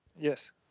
Yes